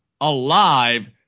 alive